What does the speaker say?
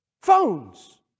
phones